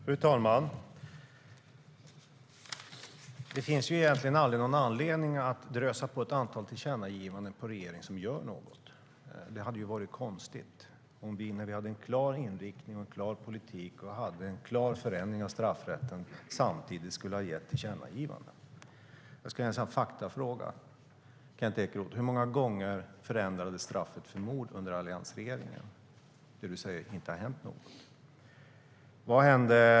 Fru talman! Det finns aldrig någon anledning att drösa ett antal tillkännagivanden på en regering som gör något. Det hade varit konstigt om vi samtidigt som regeringen hade en klar inriktning, en klar politik och en klar förändring av straffrätten skulle ha gjort tillkännagivanden. Låt mig ställa några faktafrågor, Kent Ekeroth. Hur många gånger förändrades straffet för mord under alliansregeringen? Du säger att inget hände.